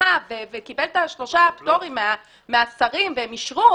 זכה וקיבל את השלושה פטורים מהשרים והם אישרו